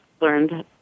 learned